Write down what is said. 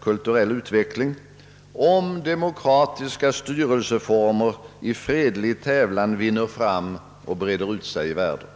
kulturell utveckling — om demokratiska styrelseformer i fredlig tävlan vinner framgång och breder ut sig i världen.